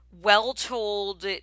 well-told